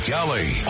Kelly